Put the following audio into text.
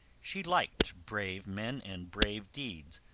she liked brave men and brave deeds,